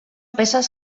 peces